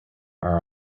are